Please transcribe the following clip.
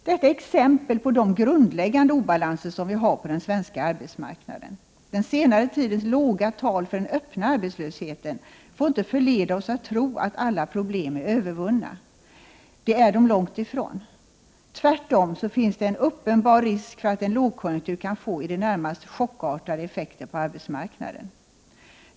Detta är exempel på de grundläggande obalanser som vi har på den svenska arbetsmarknaden. Den senare tidens låga tal för den öppna arbetslösheten får inte förleda oss att tro att alla problem är övervunna. Det är de långt ifrån. Tvärtom finns det en uppenbar risk för att en lågkonjunktur kan få i det närmaste chockartade effekter på arbetsmarknaden.